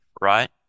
right